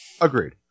Agreed